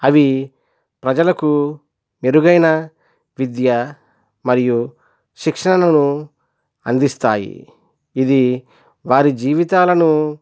అవి ప్రజలకు మెరుగైన విద్య మరియు శిక్షణను అందిస్తాయి ఇది వారి జీవితాలను